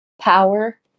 power